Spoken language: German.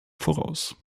voraus